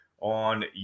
on